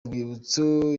urwibutso